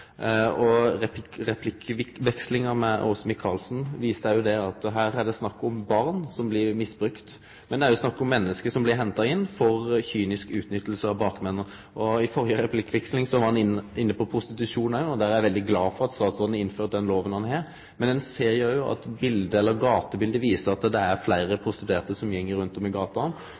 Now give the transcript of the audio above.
med Åse Michaelsen viste at her er det snakk om barn som blir misbrukte, men det er òg snakk om menneske som blir henta inn for kynisk utnytting av bakmenn. I førre replikkveksling var ein inne på prostitusjon, og eg er veldig glad for at statsråden innførte den loven han gjorde. Men ein ser òg at det er fleire prostituerte som går rundt i gatene, og dei aller fleste er av utanlandsk opphav, som